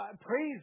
Praise